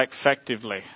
effectively